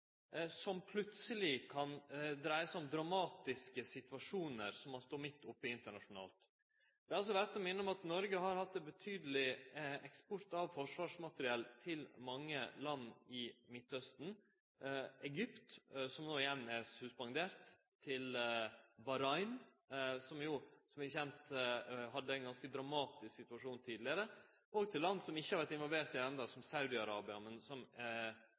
som plutseleg kan dreie seg om dramatiske situasjonar som ein står midt oppe i internasjonalt. Det er verdt å minne om at Noreg har hatt ein betydeleg eksport av forsvarsmateriell til mange land i Midtausten, til Egypt, som no igjen er suspendert, til Bahrain, som jo som kjent hadde ein ganske dramatisk situasjon tidlegare, og til land som ikkje har vore involverte enno, som Saudi-Arabia, som har omfattande brot på menneskerettane. Det er